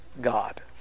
God